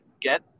get